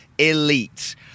elite